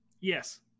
yes